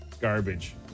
Garbage